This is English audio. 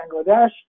Bangladesh